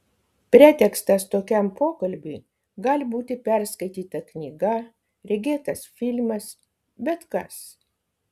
pretekstas tokiam pokalbiui gali būti perskaityta knyga regėtas filmas bet kas